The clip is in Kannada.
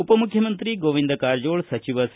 ಉಪಮುಖ್ಯಮಂತ್ರಿ ಗೋವಿಂದ ಕಾರಜೋಳ ಸಚಿವ ಸಿ